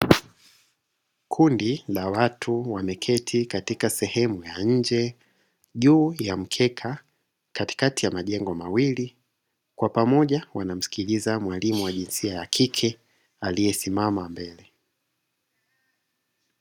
Kundi la watu wameketi katika sehemu ya nje juu ya mkeka katikati ya majengo mawili. Kwa pamoja wanamskiliza mwalimu wa jinsia ya kike aliyesimama mbele.